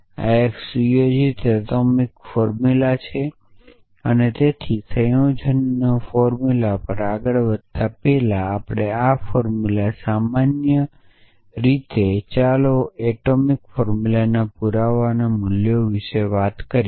આ એક સુયોજિત એટોમિક ફોર્મુલા છે તેથી સંયોજનના ફોર્મુલા પર આગળ વધતા પહેલા આ ફોર્મુલા સામાન્ય રીતે ચાલો આપણે આ એટોમિક ફોર્મુલાના પુરાવા મૂલ્યો વિશે વાત કરીએ